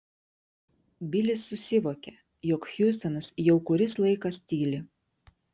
bilis susivokė jog hjustonas jau kuris laikas tyli